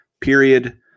period